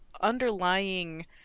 underlying